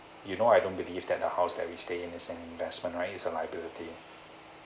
you know I don't believe that the house that we stay is an investment right it's a liability